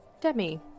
Demi